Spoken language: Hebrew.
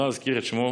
לא אזכיר את שמו,